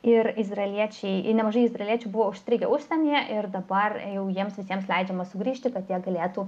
ir izraeliečiai ir nemažai izraeliečių buvo užstrigę užsienyje ir dabar jau jiems visiems leidžiama sugrįžti kad jie galėtų